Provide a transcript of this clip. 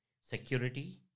security